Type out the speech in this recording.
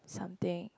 something